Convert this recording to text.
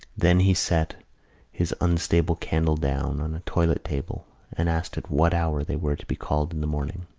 then he set his unstable candle down on a toilet-table and asked at what hour they were to be called in the morning.